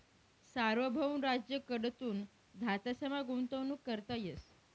सार्वभौम राज्य कडथून धातसमा गुंतवणूक करता येस